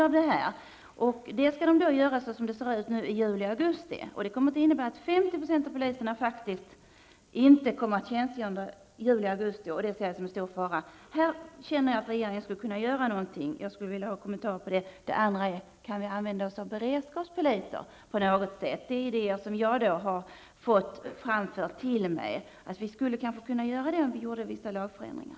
Som det ser ut nu skall de ta ut sin semester i juli och augusti, och det kommer att innebära att 50 % av poliserna faktiskt inte kommer att tjänstgöra under de månaderna. Detta ser jag som en stor fara. Jag känner att regeringen skulle kunna göra någonting här. Jag skulle vilja ha en kommentar till detta. Den andra frågan är om vi kan använda oss av beredskapspoliser på något sätt. Jag har fått idéer om detta framfört till mig. Vi skulle kanske kunna använda oss av dem om vi gjorde vissa lagförändringar.